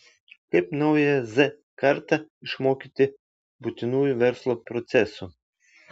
kaip naująją z kartą išmokyti būtinųjų verslo procesų